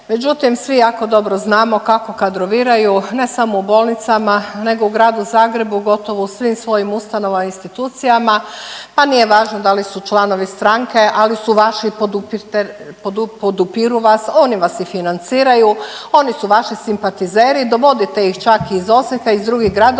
Međutim, svi jako dobro znamo kako kadroviraju ne samo u bolnicama nego u Gradu Zagrebu gotovo u svim svojim ustanovama i institucijama pa nije važno da li su članovi stranke ali su vaši podupiru vas, oni vas i financiraju, oni su vaši simpatizeri, dovodite ih čak iz Osijeka, iz drugih gradova,